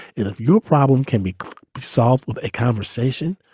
if your problem can be solved with a conversation.